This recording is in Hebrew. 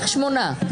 הצבעה לא אושרו.